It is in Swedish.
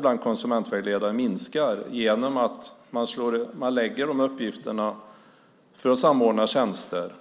bland konsumentvägledarna minskar genom att man samordnar tjänster.